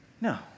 No